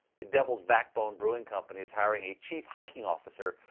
the devils back-bone brewing company is hiring a chief hiking officer,